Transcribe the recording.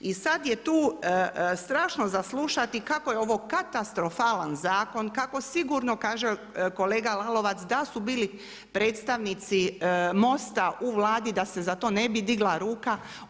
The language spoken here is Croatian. I sad je tu strašno za slušati kako je ovo katastrofalan zakon, kako sigurno kaže kolega Lalovac da su bili predstavnici MOST-a u Vladi da se za to ne bi digla ruka.